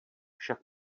však